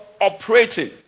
operating